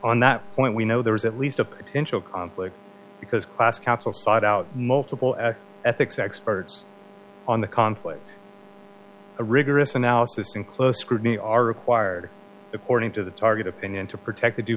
on that point we know there is at least a potential conflict because class counsel sought out multiple ethics experts on the conflict a rigorous analysis and close scrutiny are required according to the target opinion to protect the due